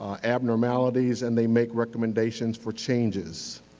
um abnormalities and they make recommendations for changes.